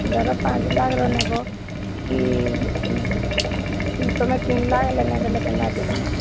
ଧର ପାଞ୍ଚ୍ ଲାଖ୍ର ନେବ କି ତୁମେ ତିନ୍ ଲାକ୍ଷ୍ ହେଲେ ନାଇଁ ଦେଲେ କେନ୍ତା ଦେମୁ